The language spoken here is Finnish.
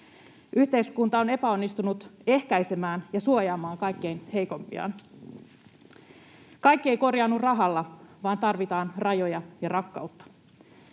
Yhteiskunta on epäonnistunut ehkäisemään ja suojaamaan kaikkein heikoimpiaan. Kaikki ei korjaannu rahalla, vaan tarvitaan rajoja ja rakkautta.